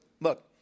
look